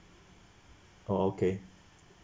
oh okay